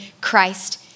Christ